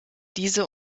diese